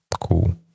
cool